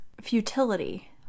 Futility